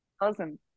Awesome